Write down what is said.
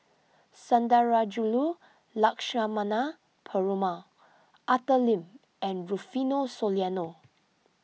Sundarajulu Lakshmana Perumal Arthur Lim and Rufino Soliano